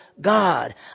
God